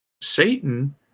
Satan